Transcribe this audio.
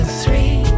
three